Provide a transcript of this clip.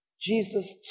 Jesus